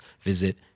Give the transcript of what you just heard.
visit